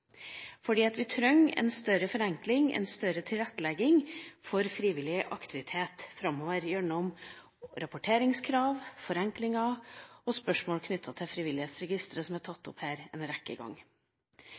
Vi trenger mer forenkling og bedre tilrettelegging for frivillig aktivitet framover gjennom rapporteringskrav, forenklinger og spørsmål knyttet til frivillighetsregistre som er tatt